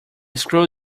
screw